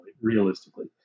realistically